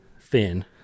thin